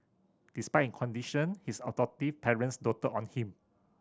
despite in conditions his adoptive parents doted on him